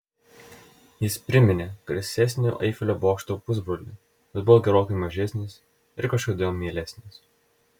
jis priminė garsesnio eifelio bokšto pusbrolį bet buvo gerokai mažesnis ir kažkodėl mielesnis